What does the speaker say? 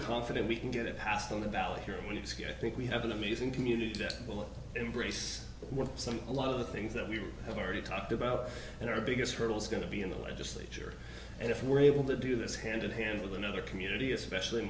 confident we can get it passed on the ballot here and when it's a good think we have an amazing community that will embrace what some a lot of the things that we have already talked about and our biggest hurdles going to be in the legislature and if we're able to do this hand in hand with another community especially